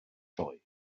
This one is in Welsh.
sioe